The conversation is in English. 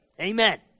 Amen